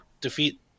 defeat